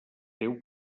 teu